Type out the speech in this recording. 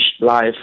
life